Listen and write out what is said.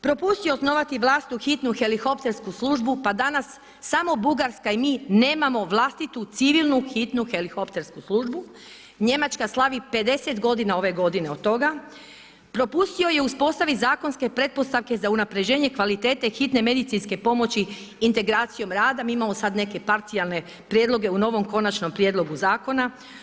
Propustio osnovati vlastitu hitnu helikoptersku službu pa danas samo Bugarska i mi nemamo vlastitu civilnu hitnu helikoptersku službu, Njemačka slavi 50 g. ove godine od toga, propustio je uspostaviti zakonske pretpostavke za unaprjeđenje kvalitete hitne medicinske pomoći integracijom rada, imamo sad neke parcijalne prijedloge u novom konačnom prijedlogu zakona.